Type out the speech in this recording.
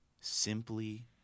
simply